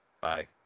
Bye